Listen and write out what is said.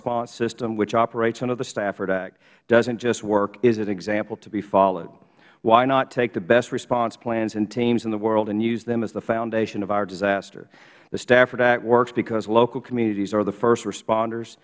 response system which operates under the stafford act doesn't just work it is an example to be followed why not take the best response plans and teams in the world and use them as the foundation for other disasters the stafford act works because local communities are the first responders